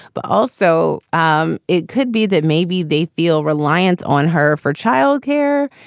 but also um it could be that maybe they feel reliance on her for child care.